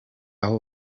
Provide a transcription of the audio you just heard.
aho